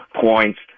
points